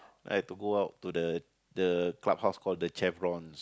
I had to go out to the the clubhouse called the Chevrons